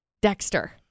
Dexter